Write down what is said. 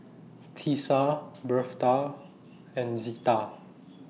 Tisa Birtha and Zita